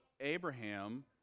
Abraham